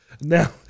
Now